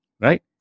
right